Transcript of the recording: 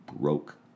broke